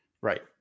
Right